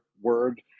word